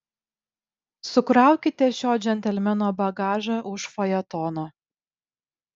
sukraukite šio džentelmeno bagažą už fajetono